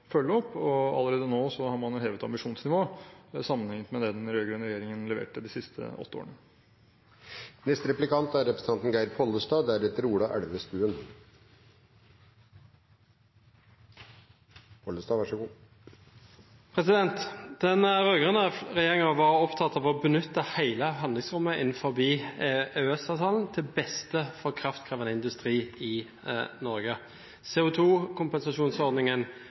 følge opp, og allerede nå har man hevet ambisjonsnivået sammenlignet med det den rød-grønne regjeringen leverte de siste åtte årene. Den rød-grønne regjeringen var opptatt av å benytte hele handlingsrommet innenfor EØS-avtalen til beste for kraftkrevende industri i Norge. CO2-kompensasjonsordningen var en viktig del av dette. Når det gjelder kraftkrevende industri, sammenlignet representanten dette tidligere med endringene for